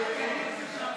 אסירים וכלואים),